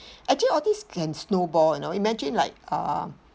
actually all these can snowball you know imagine like um